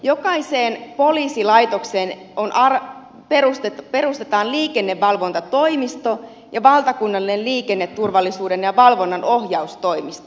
jokaiseen poliisilaitokseen perustetaan liikennevalvontatoimisto ja valtakunnallinen liikenneturvallisuuden ja valvonnan ohjaustoimisto